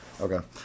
okay